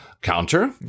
counter